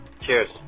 cheers